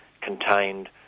contained